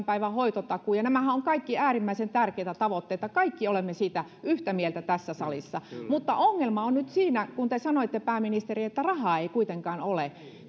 päivän hoitotakuu ja nämähän ovat kaikki äärimmäisen tärkeitä tavoitteita kaikki olemme siitä yhtä mieltä tässä salissa mutta ongelma on nyt siinä kun te sanoitte pääministeri että rahaa ei kuitenkaan ole